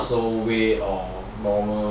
muscle weight or normal